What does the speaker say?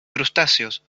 crustáceos